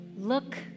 look